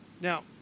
Now